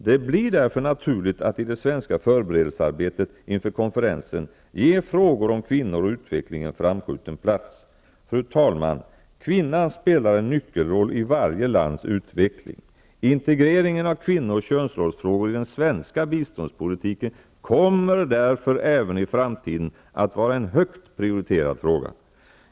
Det blir därför naturligt att i det svenska förberedelsearbetet inför konferensen ge frågor om kvinnor och utveckling en framskjuten plats. Fru talman! Kvinnan spelar en nyckelroll i varje lands utveckling. Integreringen av kvinno och könsrollsfrågor i den svenska biståndspolitiken kommer därför även i framtiden att vara en högt prioriterad fråga.